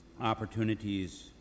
opportunities